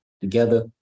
together